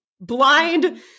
Blind